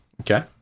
Okay